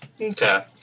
okay